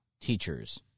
teachers